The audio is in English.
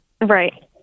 Right